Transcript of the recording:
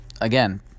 again